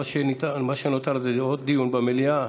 מה שנותר זה עוד דיון במליאה,